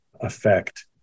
affect